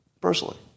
personally